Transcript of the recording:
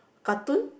cartoon